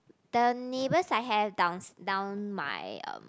the neighbours I have downs~ down my um